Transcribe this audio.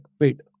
Wait